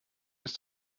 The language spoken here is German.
ist